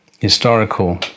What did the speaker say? historical